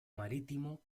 marítimo